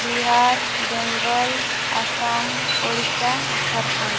Bihar Bengal Assam Odisha Jharkhand